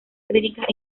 críticas